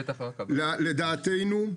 לדעתנו,